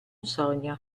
sogno